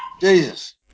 Jesus